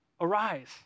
arise